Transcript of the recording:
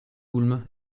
ulm